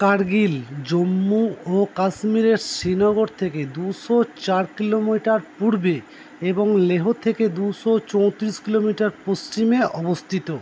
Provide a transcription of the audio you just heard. কার্গিল জম্মু ও কাশ্মীরের শ্রীনগর থেকে দুশো চার কিলোমিটার পূর্বে এবং লেহ থেকে দুশো চৌত্রিশ কিলোমিটার পশ্চিমে অবস্থিত